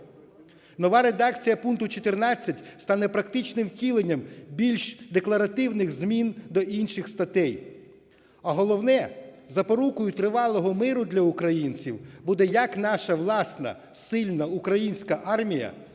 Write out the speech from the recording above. Нова редакція пункту 14 стане практичним втіленням більш декларативних змін до інших статей. А головне, запорукою тривалого миру для українців буде як наша власна сильна українська армія,